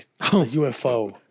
UFO